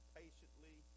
patiently